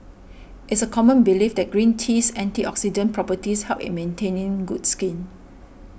it's a common belief that green tea's antioxidant properties help in maintaining good skin